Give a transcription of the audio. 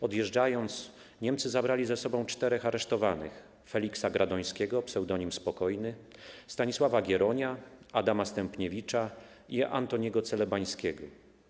Odjeżdżając, Niemcy zabrali ze sobą czterech aresztowanych: Feliksa Gradońskiego ps. Spokojny, Stanisława Gieronia, Adama Stępniewicza i Antoniego Celebańskiego.